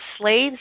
slaves